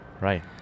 Right